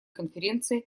конференции